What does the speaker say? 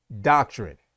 doctrine